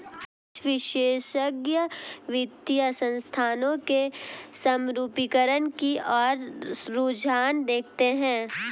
कुछ विशेषज्ञ वित्तीय संस्थानों के समरूपीकरण की ओर रुझान देखते हैं